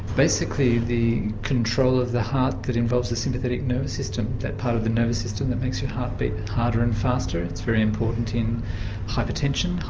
basically the control the heart that involves the sympathetic nervous system, that part of the nervous system that makes your heart beat harder and faster. it's very important in hypertension,